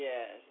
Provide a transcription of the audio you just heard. Yes